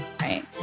Right